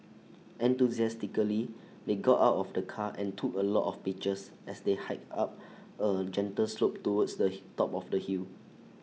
enthusiastically they got out of the car and took A lot of pictures as they hiked up A gentle slope towards the top of the hill